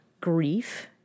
grief